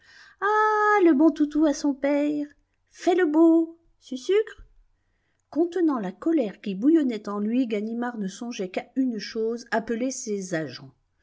ah le bon toutou à son père faites le beau susucre contenant la colère qui bouillonnait en lui ganimard ne songeait qu'à une chose appeler ses agents